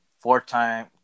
four-time